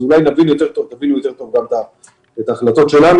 תודה רבה, פרופ' גרוטו.